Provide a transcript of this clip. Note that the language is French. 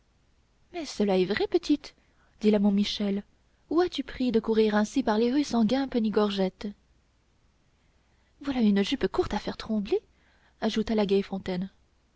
mais cela est vrai petite dit la montmichel où as-tu pris de courir ainsi par les rues sans guimpe ni gorgerette voilà une jupe courte à faire trembler ajouta la